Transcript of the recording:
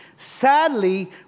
Sadly